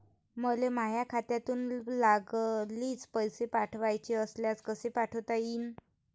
मले माह्या खात्यातून लागलीच पैसे पाठवाचे असल्यास कसे पाठोता यीन?